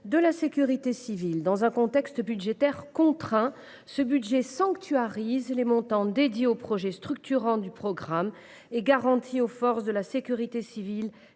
de la sécurité civile. Dans un contexte budgétaire contraint, ce PLF sanctuarise les montants dédiés aux projets structurants du programme et garantit aux forces de sécurité civile